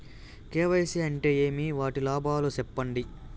KYC అంటే ఏమి? వాటి లాభాలు సెప్పండి?